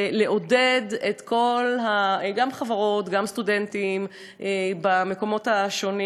ולעודד גם חברות וגם סטודנטים במקומות השונים